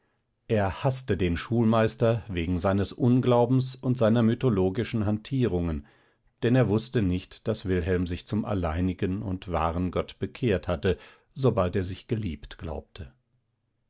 er haßte den schulmeister wegen seines unglaubens und seiner mythologischen hantierungen denn er wußte nicht daß wilhelm sich zum alleinigen und wahren gott bekehrt hatte sobald er sich geliebt glaubte